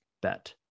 bet